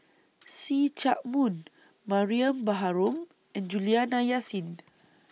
See Chak Mun Mariam Baharom and Juliana Yasin